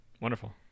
wonderful